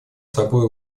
собой